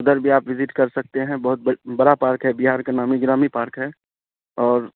ادھر بھی آپ وزٹ کر سکتے ہیں بہت بڑا پارک ہے بہار کا نامی گرامی پارک ہے اور